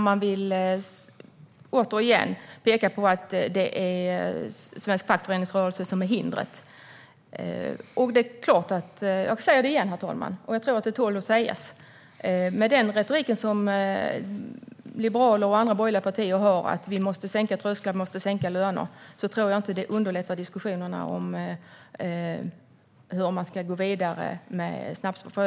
Man vill återigen peka på att det är svensk fackföreningsrörelse som är hindret. Jag säger det igen, herr talman, och jag tror att det tål att sägas: Den retorik som Liberalerna och andra borgerliga partier har om att vi måste sänka trösklar och sänka löner tror jag inte underlättar diskussionerna om hur man ska gå vidare med snabbspår.